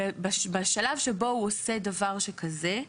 בשלב שבו הוא עושה דבר שכזה,